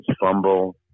fumble